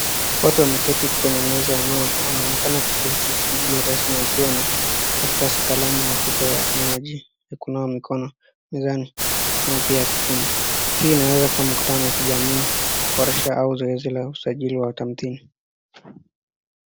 Watu wameketi kwenye meza ambao wanonekana kushiriki shughuli rasmi, wakiwa na karatasi, kalamu na chupa ya maji ya kuna mikono mezani ama pia ya kukunywa . Hii inaweza kua mkutano wa kijamii ... sajili wa tamtii.